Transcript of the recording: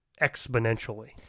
exponentially